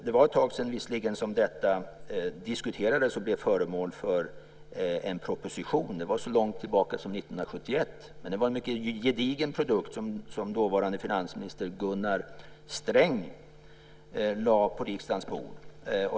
Det var visserligen ett tag sedan detta diskuterades och blev föremål för en proposition. Det var så långt tillbaka som 1971, men det var en mycket gedigen produkt som dåvarande finansminister Gunnar Sträng lade på riksdagens bord.